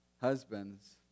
husbands